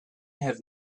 have